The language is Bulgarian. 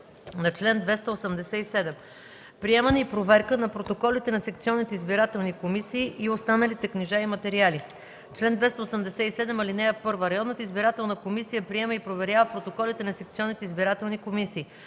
на чл. 287: „Приемане и проверка на протоколите на секционните избирателни комисии и останалите книжа и материали Чл. 287. (1) Районната избирателна комисия приема и проверява протоколите на секционните избирателни комисии.